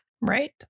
Right